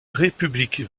république